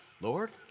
Lord